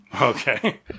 Okay